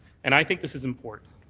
and i think this is important.